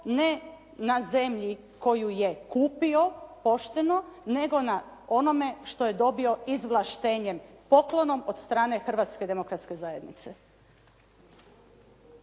ne na zemlji koju je kupio pošteno, nego na onome što je dobio izvlaštenjem, poklonom od strane Hrvatske demokratske zajednice.